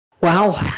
Wow